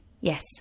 Yes